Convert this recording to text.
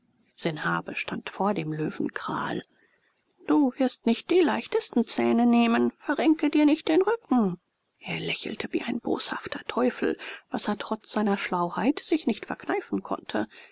sanhabe stand vor dem löwenkral du wirst nicht die leichtesten zähne nehmen verrenke dir nicht den rücken er lächelte wie ein boshafter teufel was er trotz seiner schlauheit sich nicht verkneifen konnte